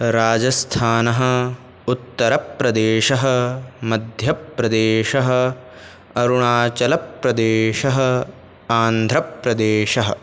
राजस्थानम् उत्तरप्रदेशः मध्यप्रदेशः अरुणाचलप्रदेशः आन्ध्रप्रदेशः